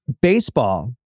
baseball